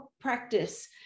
practice